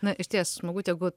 na išties smagu tegu